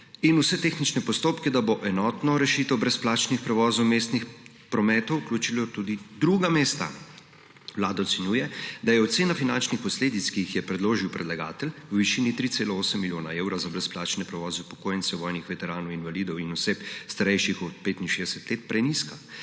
in vse tehnične postopke, da bo enotno rešitev brezplačnih prevozov v mestnem prometu vključilo tudi v druga mesta. Vlada ocenjuje, da je ocena finančnih posledic, ki jih je predložil predlagatelj, v višini 3,8 milijona evrov za brezplačne prevoze upokojencev, vojnih veteranov, invalidov in oseb, starejših od 65 let, prenizka.